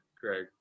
Greg